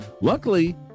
Luckily